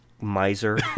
miser